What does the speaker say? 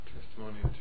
Testimony